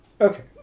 okay